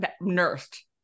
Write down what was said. nursed